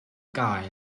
gael